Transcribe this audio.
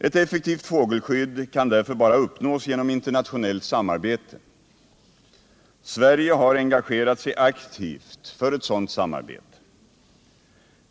Ett effektivt fågelskydd kan därför bara uppnås genom internationellt samarbete. Sverige har engagerat sig aktivt för ett sådant samarbete.